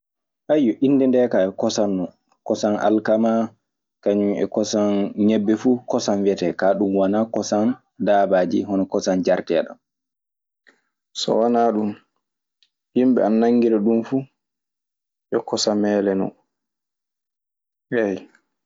innde ndee kaa yo kosam, kosam alkama, kañum e kosam ñebbe fuu kosam wiyetee. Kaa ɗum wanaa kosam daabaaji hono kosam njarteendan. So wanaa ɗun, yimɓe ana nanngira ɗun fuu yo kosameele non. Eey.